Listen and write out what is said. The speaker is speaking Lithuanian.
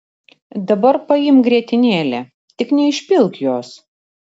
dabar paimk grietinėlę tik neišpilk jos